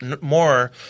more